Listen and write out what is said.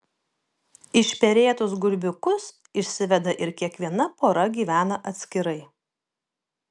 išperėtus gulbiukus išsiveda ir kiekviena pora gyvena atskirai